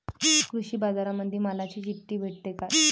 कृषीबाजारामंदी मालाची चिट्ठी भेटते काय?